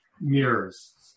mirrors